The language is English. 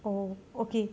oh okay